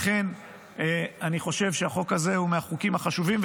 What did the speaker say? לכן אני חושב שהחוק הזה הוא מהחוקים החשובים,